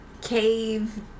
cave